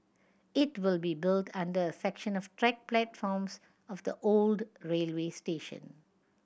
it will be built under a section of track platforms of the old railway station